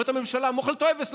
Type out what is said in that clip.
אומרת הממשלה: מויחל טויבס,